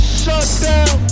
shutdown